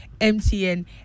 MTN